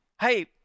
Hey